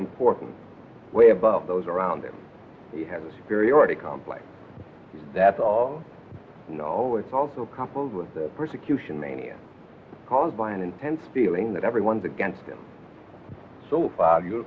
important way above those around him he has a superiority complex that's all oh it's also coupled with the persecution mania caused by an intense feeling that everyone's against him so you're